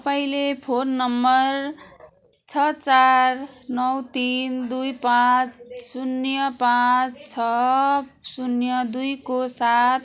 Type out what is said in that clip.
पहिले phone number छ चार नौ तिन दुई पाँच शून्य पाँच छ शून्य दुईको साथ